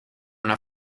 una